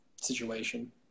situation